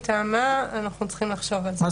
אנחנו צריכים לחשוב על המילים או מי מטעמה.